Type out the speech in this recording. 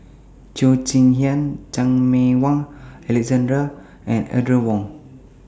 Cheo Chin Hiang Chan Meng Wah Alexander and Audrey Wong